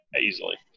easily